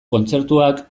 kontzertuak